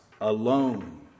alone